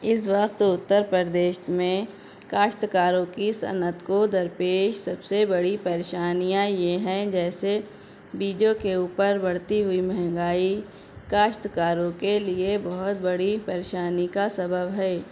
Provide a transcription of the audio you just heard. اس وقت اتر پردیش میں کاشتکاروں کی صنعت کو درپیش سب سے بڑی پریشانیاں یہ ہیں جیسے بیجوں کے اوپر بڑھتی ہوئی مہنگائی کاشتکاروں کے لیے بہت بڑی پریشانی کا سبب ہے